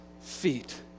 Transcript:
feet